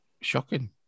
shocking